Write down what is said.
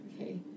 Okay